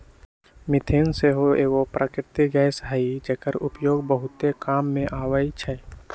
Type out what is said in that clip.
methane सेहो एगो प्राकृतिक गैस हई जेकर उपयोग बहुते काम मे अबइ छइ